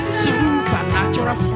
supernatural